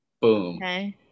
Boom